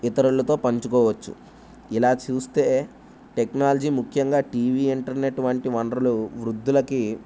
ఇతరులతో పంచుకోవచ్చు ఇలా చూస్తే టెక్నాలజీ ముఖ్యంగా టీవీ ఇంటర్నెట్ వంటి వనరులు వృద్ధులకి